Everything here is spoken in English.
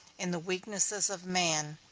in the weaknesses of man.